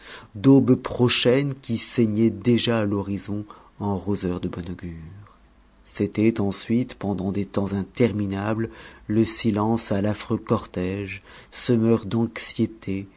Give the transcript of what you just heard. d'aubes prochaines qui saignaient déjà à l'horizon en roseurs de bon augure c'était ensuite pendant des temps interminables le silence à l'affreux cortège semeur d'anxiétés